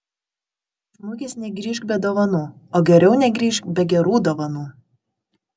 iš mugės negrįžk be dovanų o geriau negrįžk be gerų dovanų